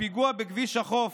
הפיגוע בכביש החוף,